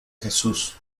jesús